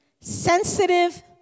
sensitive